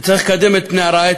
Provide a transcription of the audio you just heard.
צריך לקדם את פני הרעה,